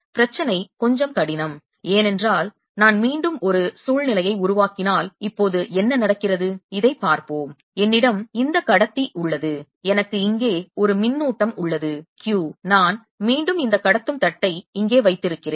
பிரச்சனை கொஞ்சம் கடினம் ஏனென்றால் நான் மீண்டும் ஒரு சூழ்நிலையை உருவாக்கினால் இப்போது என்ன நடக்கிறது இதைப் பார்ப்போம் என்னிடம் இந்த கடத்தி உள்ளது எனக்கு இங்கே ஒரு மின்னூட்டம் உள்ளது Q நான் மீண்டும் இந்த கடத்தும் தட்டை இங்கே வைத்திருக்கிறேன்